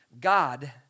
God